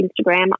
Instagram